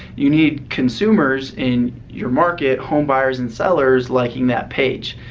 you need consumers in your market, home buyers and sellers liking that page.